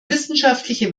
wissenschaftliche